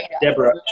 Deborah